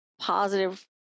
positive